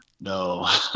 no